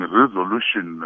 resolution